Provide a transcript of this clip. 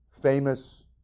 famous